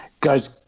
Guys